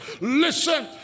Listen